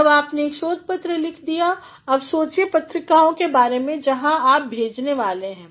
जब आपने एक शोध पत्र लिख लिया अब सोचिए पत्रिकाओं के बारे में जहाँ आप भेजने वाले हैं